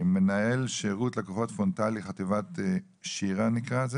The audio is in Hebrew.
מנהל שירות לקוחות פרונטלי, חטיבת שיר"ה זה נקרא.